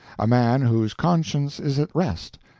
a man whose conscience is at rest,